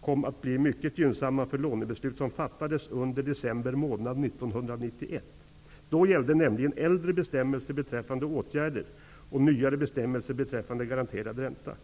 kom att bli mycket gynnsamma för lånebeslut som fattades under december 1991. Då gällde nämligen äldre bestämmelser beträffande åtgärder och nyare bestämmelser beträffande garanterad ränta.